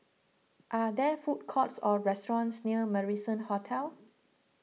are there food courts or restaurants near Marrison Hotel